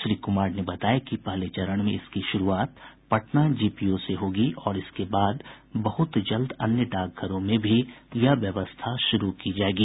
श्री कुमार ने बताया कि पहले चरण में इसकी शुरूआत पटना जीपीओ से होगी और इसके बाद बहुत जल्द अन्य डाकघरों में भी यह व्यवस्था शुरू की जायेगी